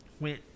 went